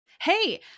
Hey